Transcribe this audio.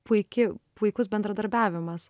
puiki puikus bendradarbiavimas